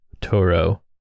Toro